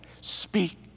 speak